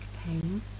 pain